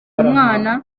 umwana